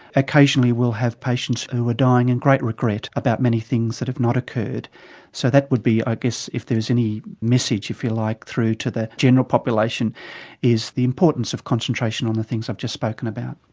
occasionally we'll have patients who are dying in great regret about many things that have not occurred so that would be i guess, if there is any message if you like, through to the general population is the importance of concentration on the things i've just spoken about.